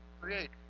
create